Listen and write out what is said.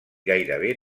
gairebé